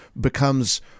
becomes